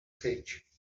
cage